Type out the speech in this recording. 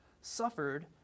suffered